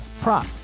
prop